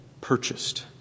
purchased